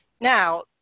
Now